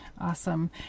Awesome